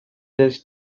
this